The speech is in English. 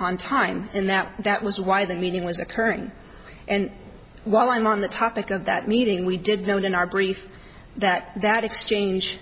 on time and that that was why the meeting was occurring and while i'm on the topic of that meeting we did know in our brief that that exchange